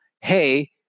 hey